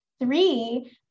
three